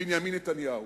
בנימין נתניהו.